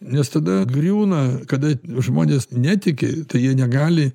nes tada griūna kada žmonės netiki tai jie negali